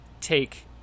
take